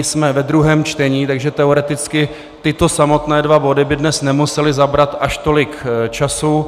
Jsme ve druhém čtení, takže teoreticky tyto samotné dva body by dnes nemusely zabrat až tolik času.